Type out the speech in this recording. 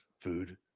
Food